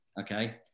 okay